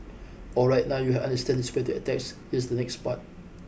alright now you understand the attacks here's the next part